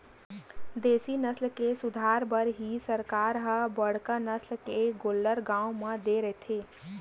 देसी नसल के सुधार बर ही सरकार ह बड़का नसल के गोल्लर गाँव म दे रहिथे